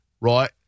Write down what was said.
right